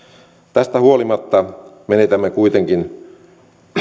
tästä huolimatta menetämme kuitenkin